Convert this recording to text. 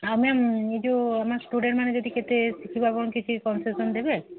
ଆଉ ମ୍ୟାମ୍ ଏଇ ଯୋଉ ଆମର ଷ୍ଟୁଡେଣ୍ଟ୍ମାନେ ଯଦି କେତେ ଯିବେ କ'ଣ କିଛି କନସେସନ୍ ଦେବେ